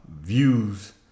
views